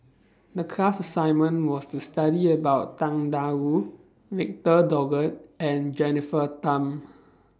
The class assignment was to study about Tang DA Wu Victor Doggett and Jennifer Tham